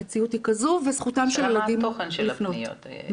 המציאות היא כזו וזכותם של הילדים לפנות.